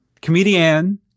comedian